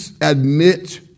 admit